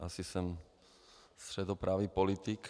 Asi jsem středopravý politik.